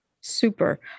super